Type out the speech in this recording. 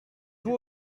vous